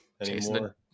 anymore